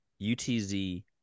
UTZ